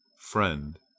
friend